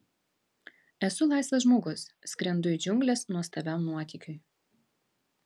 esu laisvas žmogus skrendu į džiungles nuostabiam nuotykiui